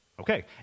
Okay